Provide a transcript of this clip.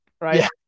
right